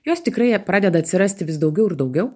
jos tikrai pradeda atsirasti vis daugiau ir daugiau